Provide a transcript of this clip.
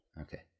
Okay